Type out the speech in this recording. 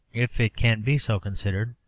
if it can be so considered,